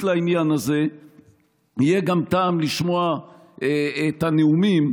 לעניין הזה יהיה גם טעם לשמוע את הנאומים.